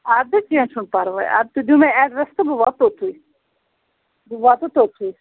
اَدٕ کیٚنٛہہ چھُنہٕ پرواے اَدٕ تُہۍ دِیِو مےٚ اٮ۪ڈرٮ۪س تہٕ بہٕ واتہٕ توٚتھُے بہٕ واتہٕ توٚتھُے